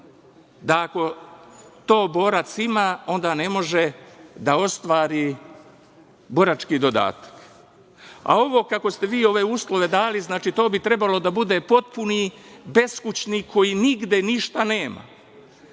da ako to borac ima, onda ne može da ostvari borački dodatak, a ovo kako ste vi dali ove uslove, to bi trebalo da bude potpuni beskućnik, koji nigde ništa